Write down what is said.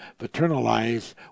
paternalize